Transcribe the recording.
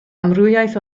amrywiaeth